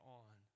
on